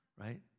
right